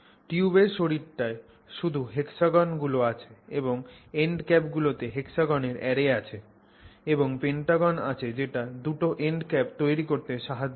টিউবের শরীরটায় শুধু হেক্সাগন গুলো আছে এবং এন্ড ক্যাপ গুলোতে হেক্সাগনের অ্যারে এবং পেন্টাগন আছে যেটা দুটো এন্ড ক্যাপ তৈরি করতে সাহায্য করে